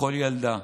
לכל ילדה,